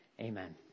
Amen